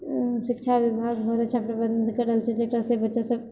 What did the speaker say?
शिक्षा विभाग बहुत अच्छा प्रबन्ध कऽ रहल छै जकरासँ बच्चासब